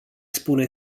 spune